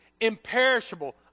imperishable